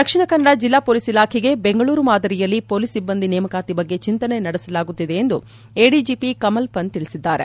ದಕ್ಷಿಣ ಕನ್ನಡ ಜಿಲ್ಲಾ ಪೊಲೀಸ್ ಇಲಾಖೆಗೆ ಬೆಂಗಳೂರು ಮಾದರಿಯಲ್ಲಿ ಪೊಲೀಸ್ ಸಿಬ್ದಂದಿ ನೇಮಕಾತಿ ಬಗ್ಗೆ ಚಿಂತನೆ ನಡೆಸಲಾಗುತ್ತಿದೆ ಎಂದು ಎಡಿಜಿಪಿ ಕಮಲ್ ಪಂತ್ ತಿಳಿಸಿದ್ದಾರೆ